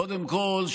קודם כול,